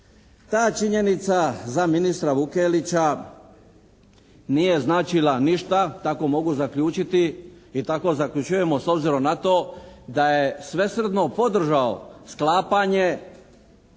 Ta činjenica za ministra Vukelića nije značila ništa, tako mogu zaključiti i tako zaključujemo s obzirom na to da je svesrdno podržao sklapanje